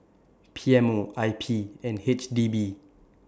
P M O I P and H D B